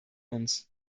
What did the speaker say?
uns